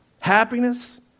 happiness